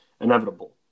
inevitable